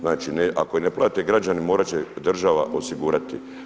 Znači ako ne plate građani morat će država osigurati.